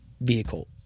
vehicle